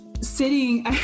sitting